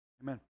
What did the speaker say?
Amen